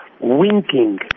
winking